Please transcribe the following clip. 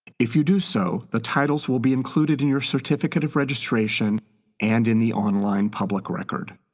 if you do so, the titles will be included in your certificate of registration and in the online public record.